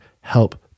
help